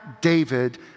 David